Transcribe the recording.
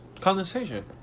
condensation